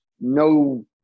no